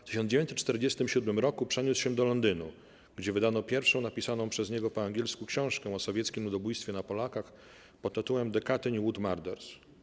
W 1947 roku przeniósł się do Londynu, gdzie wydano pierwszą napisaną przez niego po angielsku książkę o sowieckim ludobójstwie na Polakach pt. 'The Katyn Wood Murders'